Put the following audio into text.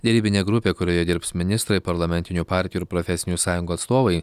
derybinė grupė kurioje dirbs ministrai parlamentinių partijų ir profesinių sąjungų atstovai